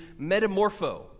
metamorpho